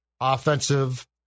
offensive